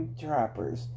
trappers